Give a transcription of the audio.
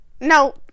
No